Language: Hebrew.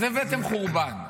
אז הבאתם חורבן.